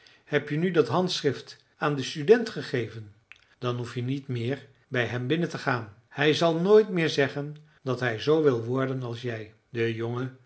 heb je nu dat handschrift aan den student gegeven dan hoef je niet meer bij hem binnen te gaan hij zal nooit meer zeggen dat hij zoo wil worden als jij de jongen